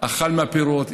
אכל מהפירות,